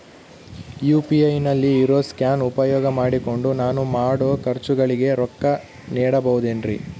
UPI ನಲ್ಲಿ ಇರೋ scan ಉಪಯೋಗ ಮಾಡಿಕೊಂಡು ನಾನು ಮಾಡೋ ಖರ್ಚುಗಳಿಗೆ ರೊಕ್ಕ ನೇಡಬಹುದೇನ್ರಿ?